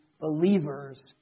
believers